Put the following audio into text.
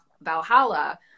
Valhalla